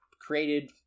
created